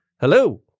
Hello